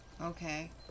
Okay